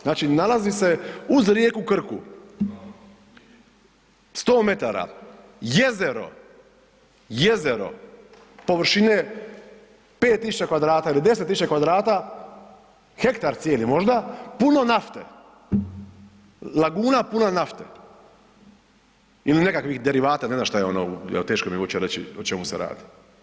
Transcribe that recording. Znači, nalazi se uz rijeku Krku 100 metara jezero, jezero površine 5000 kvadrata ili 10 000 kvadrata, hektar cijeli možda, puno nafte, laguna puna nafte ili nekakvih derivata, ne znam šta je ono jel teško mi je uopće reći o čemu se radi.